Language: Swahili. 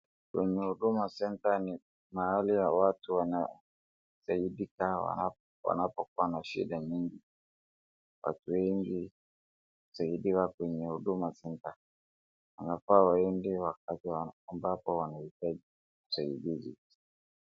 Kwenye huduma centre ni mahali ya watu wanasaidika wanapokuwa na shida nyingi. Watu wengi husaidiwa kwenye huduma senta na kwa wengi wakati ambapo wanahitaji usaidizi.